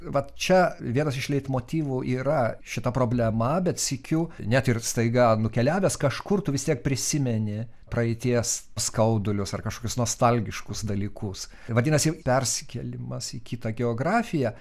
vat čia vienas iš leitmotyvų yra šita problema bet sykiu net ir staiga nukeliavęs kažkur tu vis tiek prisimeni praeities skaudulius ar kažkokius nostalgiškus dalykus vadinasi persikėlimas į kitą geografiją